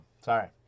Sorry